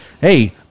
Hey